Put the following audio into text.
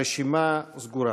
הרשימה סגורה.